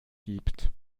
gibt